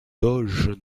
doge